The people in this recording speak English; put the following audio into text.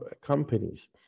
companies